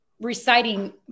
reciting